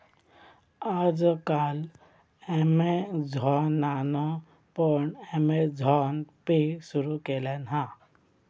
आज काल ॲमेझॉनान पण अँमेझॉन पे सुरु केल्यान हा